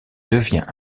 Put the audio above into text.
devient